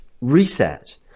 reset